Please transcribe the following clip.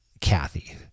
Kathy